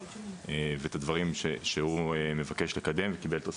ואת הדברים שהוא מבקש לקדם וקיבל תוספות.